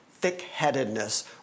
thick-headedness